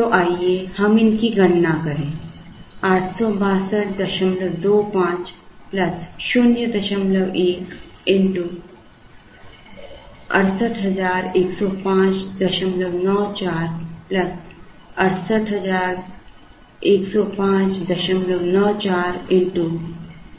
तो आइए हम इनकी गणना करेंगे 86225 01 x 6810594 6810594 x